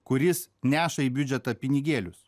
kuris neša į biudžetą pinigėlius